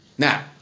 Now